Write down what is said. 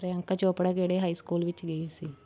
ਪ੍ਰਿਅੰਕਾ ਚੋਪੜਾ ਕਿਹੜੇ high school ਵਿੱਚ ਗਈ ਸੀ